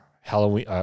Halloween